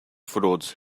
frauds